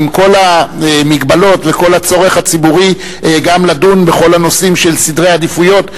עם כל המגבלות וכל הצורך הציבורי גם לדון בכל הנושאים של סדרי עדיפויות,